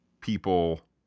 people